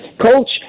Coach